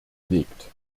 legt